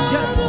Yes